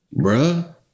Bruh